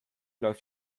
läuft